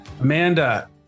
Amanda